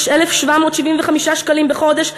זה 1,775 שקלים בחודש.